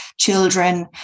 children